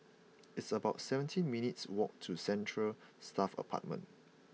it's about seventeen minutes' walk to Central Staff Apartment